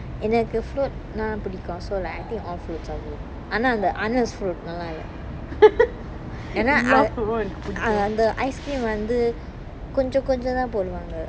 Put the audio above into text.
oh எனக்கு:enakku fruit னா புடிக்கும்:na pudikkum so like I think all fruits ஆனா அந்த அனஸ்:aana antha anas fruit நல்லா இல்ல ஏன்னா அது அந்த:nalla illa eanna athu antha ice cream வந்து கொஞ்ச கொஞ்ச தான் போடுவாங்க:vanthu konja konja thaan poduvanga